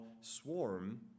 swarm